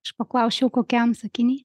aš paklausčiau kokiam sakiny